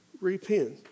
repent